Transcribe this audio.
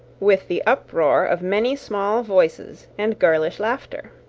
with the uproar of many small voices and girlish laughter.